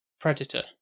Predator